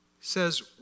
says